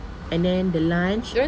and then the lunch